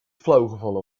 flauwgevallen